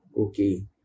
Okay